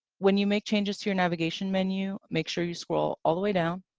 when you make changes to your navigation menu, make sure you scroll all the way down